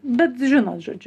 bet žinot žodžiu